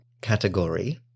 category